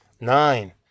Nine